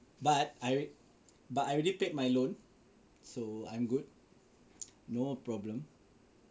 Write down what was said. but but I already paid my loan so I'm good no problem